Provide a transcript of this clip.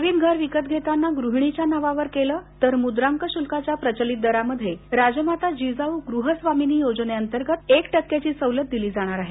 नवीन घर विकत घेताना गहिणीच्या नावावर केलं तर मुद्रांक शुल्काच्या प्रचलित दरामध्ये राजमाता जिजाऊ गृह स्वामिनी योजने अंतर्गत एक टक्क्याची सवलत दिली जाणार आहे